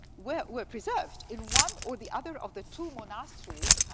were were preserved in one or the other of the two monasteries,